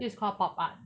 this is called pop art